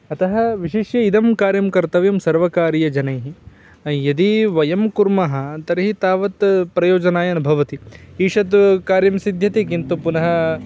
अतः विशिष्यम् इदं कार्यं कर्तव्यं सर्वकारीयजनैः यदि वयं कुर्मः तर्हि तावत् प्रयोजनाय न भवति ईषद् कार्यं सिद्ध्यति किन्तु पुनः